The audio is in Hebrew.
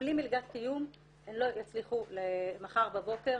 בלי מלגת קיום הן לא יצליחו מחר בבוקר